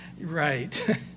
right